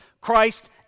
Christ